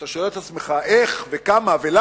כשאתה שואל את עצמך איך וכמה ולמה,